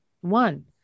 one